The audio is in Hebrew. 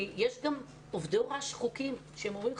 יש גם עובדי הוראה שחוקים שהם אומרים,